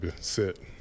sit